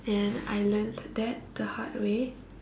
and I learnt that the hard way